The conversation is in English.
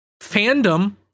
Fandom